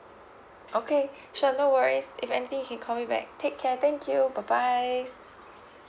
okay sure no worries if anything you can me back take care thank you bye bye